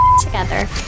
together